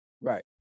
right